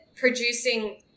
producing